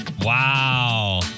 Wow